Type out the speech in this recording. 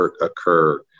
occur